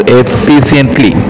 efficiently